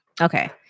Okay